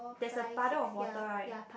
there is a puddle of water right